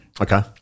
Okay